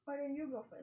why don't you go first